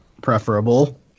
preferable